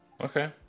Okay